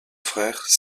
frère